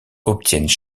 obtiennent